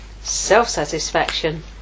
Self-satisfaction